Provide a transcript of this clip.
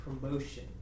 promotion